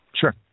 Sure